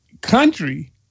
country